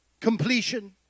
Completion